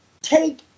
take